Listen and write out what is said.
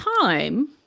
time